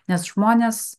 nes žmonės